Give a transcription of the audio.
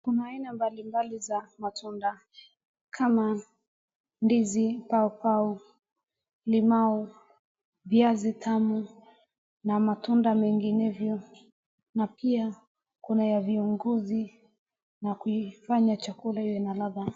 kuna aina mbalimbali za matunda kama ndizi ,paupau, limau, viazi tamu na matunda menginevyo na pia kuna ya viunguzi na kuifanya chakula iwe na ladhaa